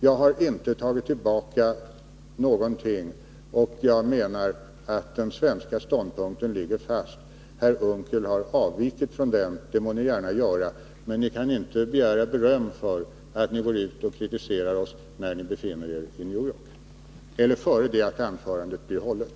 Jag har inte tagit tillbaka någonting, och jag menar att den svenska ståndpunkten ligger fast. Herr Unckel har avvikit från denna. Det må ni gärna göra, men ni kan inte begära beröm för att ni går ut och kritiserar oss när ni befinner er i New York, eller före det att anförandet blir hållet.